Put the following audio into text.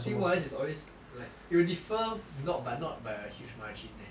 I think wires is always like it will differ not but not by a huge margin eh